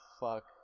fuck